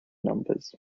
numbers